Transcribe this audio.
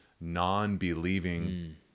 non-believing